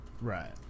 right